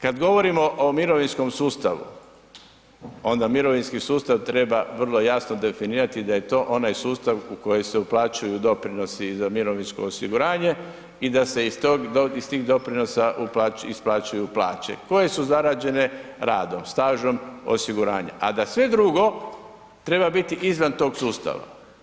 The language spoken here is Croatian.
Kad govorimo o mirovinskom sustavu, onda mirovinski sustav treba vrlo jasno definirati da je to onaj sustav u koji se uplaćuju doprinosi i za mirovinsko osiguranje i da se iz tih doprinosa isplaćuju plaće koje su zarađene radom, stažom osiguranja a da sve drugo treba biti iznad tog sustava.